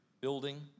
building